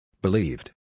Believed